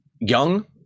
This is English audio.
young